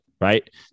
right